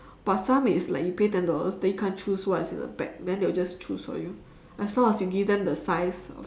but some is like you pay ten dollars then you can't choose what's in the bag then they will just choose for you as long you give them the size of